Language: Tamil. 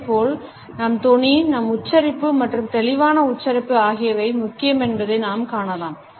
அதேபோல் நம் தொனி நம் உச்சரிப்பு மற்றும் தெளிவான உச்சரிப்பு ஆகியவை முக்கியம் என்பதை நாம் காணலாம்